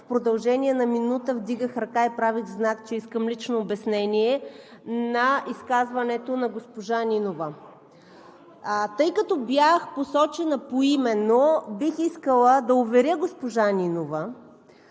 В продължение на минута вдигах ръка и правех знак, че искам лично обяснение на изказването на госпожа Нинова. Тъй като бях посочена поименно, бих искала да уверя госпожа Нинова,